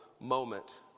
moment